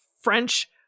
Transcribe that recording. French